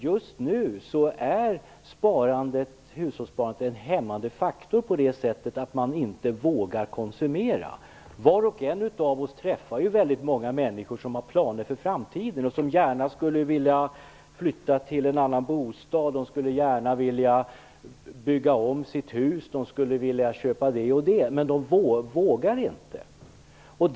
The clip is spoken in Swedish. Just nu är hushållssparandet en hämmande faktor på det sättet att man inte vågar konsumera. Var och en av oss träffar väldigt många människor som har planer för framtiden, som gärna skulle vilja flytta till en annan bostad, som gärna skulle vilja bygga om sitt hus eller köpa ett eller annat men som inte vågar.